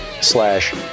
slash